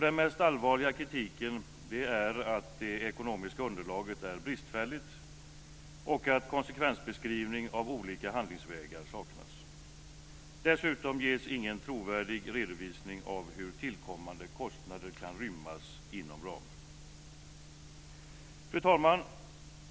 Den mest allvarliga kritiken är att det ekonomiska underlaget är bristfälligt och att konsekvensbeskrivning av olika handlingsvägar saknas. Dessutom ges ingen trovärdig redovisning av hur tillkommande kostnader kan rymmas inom ramen. Fru talman!